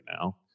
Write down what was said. now